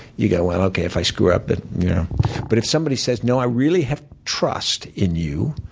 you go, well, okay. if i screw up but. but if somebody says, no, i really have trust in you.